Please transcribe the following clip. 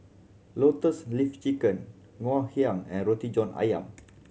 Lotus Leaf Chicken Ngoh Hiang and Roti John Ayam